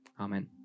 Amen